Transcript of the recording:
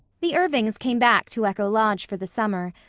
the irvings came back to echo lodge for the summer,